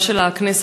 גם של הכנסת,